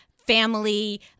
Family